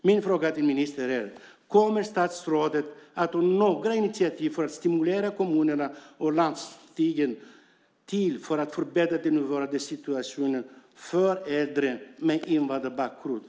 Min fråga till ministern är: Kommer statsrådet att ta några initiativ för att stimulera kommunerna och landstingen att förbättra den nuvarande situationen för äldre med invandrarbakgrund?